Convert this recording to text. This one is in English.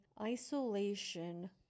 Isolation